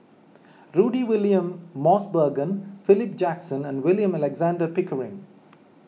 Rudy William Mosbergen Philip Jackson and William Alexander Pickering